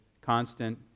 constant